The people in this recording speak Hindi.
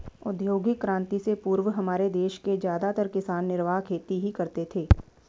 औद्योगिक क्रांति से पूर्व हमारे देश के ज्यादातर किसान निर्वाह खेती ही करते थे